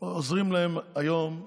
עוזרים להם היום,